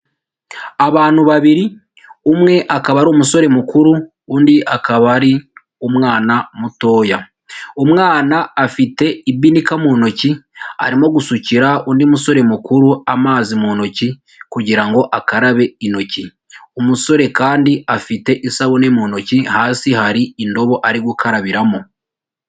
Abantu babiri umwe akaba ari umusore mukuru undi akaba ari umwana mutoya. Umwana afite ibinika mu ntoki arimo gusukira undi musore mukuru amazi mu ntoki kugira ngo akarabe intoki, umusore kandi afite isabune mu ntoki hasi hari indobo ari gukarabiramo.